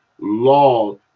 law